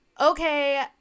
okay